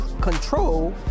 control